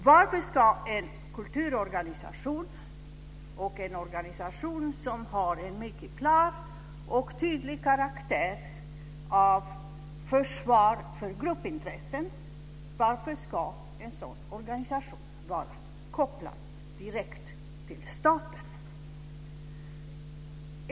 Varför ska en kulturorganisation och en organisation som har en mycket klar och tydlig karaktär av försvar för gruppintressen vara kopplad direkt till staten?